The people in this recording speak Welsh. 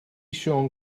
siôn